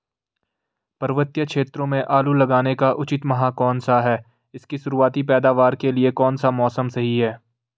पर्वतीय क्षेत्रों में आलू लगाने का उचित माह कौन सा है इसकी शुरुआती पैदावार के लिए कौन सा मौसम सही है?